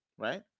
right